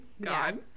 God